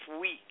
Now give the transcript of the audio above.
week